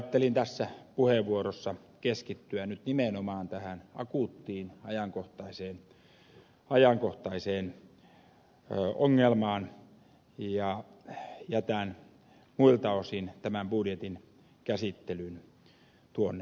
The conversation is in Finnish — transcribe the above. ajattelin tässä puheenvuorossa keskittyä nyt nimenomaan tähän akuuttiin ajankohtaiseen ongelmaan ja jätän muilta osin tämän budjetin käsittelyn tuonnemmaksi